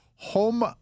Home